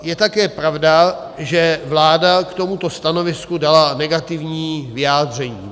Je také pravda, že vláda k tomuto stanovisku dala negativní vyjádření.